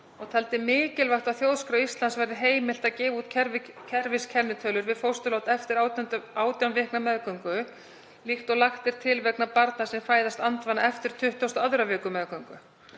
og taldi mikilvægt að Þjóðskrá Íslands yrði heimilt að gefa út kerfiskennitölur við fósturlát eftir 18 vikna meðgöngu líkt og lagt er til vegna barna sem fæðast andvana eftir 22. viku meðgöngu.